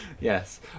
Yes